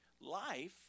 Life